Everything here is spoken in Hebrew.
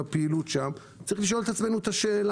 הפעילות שם אנחנו צריכים לשאול את עצמנו את השאלה.